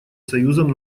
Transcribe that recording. союзом